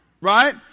right